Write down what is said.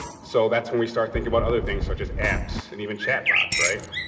so, that's when we start thinking about other things such as apps and even chat bots, right,